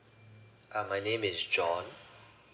uh my name is john